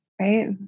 right